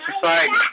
society